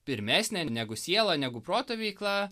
pirmesnė negu siela negu proto veikla